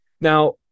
now